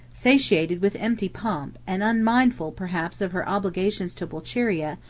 satiated with empty pomp, and unmindful, perhaps, of her obligations to pulcheria,